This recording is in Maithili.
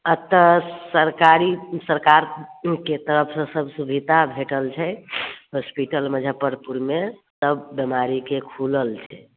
एतऽ सरकारी सरकारके तरफसँ सभ सुविधा भेटल छै हॉस्पिटल मुजफ्फरपुरमे सभ बीमारीके खुलल छै